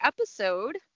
episode